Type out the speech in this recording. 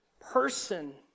person